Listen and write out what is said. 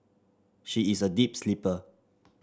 she is a deep sleeper